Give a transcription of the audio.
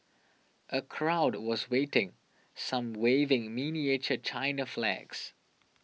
a crowd was waiting some waving miniature China flags